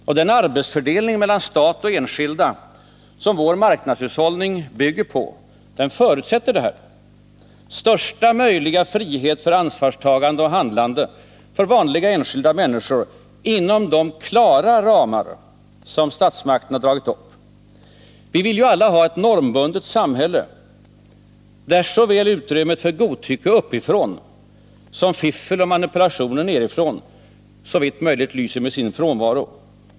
Och den arbetsfördelning mellan stat och enskilda som vår marknadshushållning bygger på förutsätter detta — största möjliga frihet för ansvarstagande och handlande för vanliga enskilda människor inom de klara ramar som statsmakterna har dragit upp. Vi vill ju alla ha ett normbundet samhälle, där utrymmet för såväl godtycke uppifrån som fiffel och manipulationer nerifrån såvitt möjligt lyser med sin frånvaro.